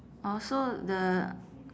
orh so the